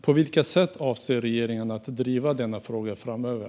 På vilket sätt avser regeringen att driva denna fråga framöver?